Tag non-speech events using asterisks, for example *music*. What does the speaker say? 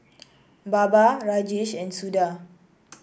*noise* Baba Rajesh and Suda